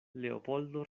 leopoldo